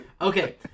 Okay